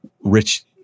Rich